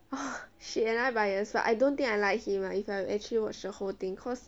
ugh shit am I biased but I don't think I like him ah if I actually watch the whole thing cause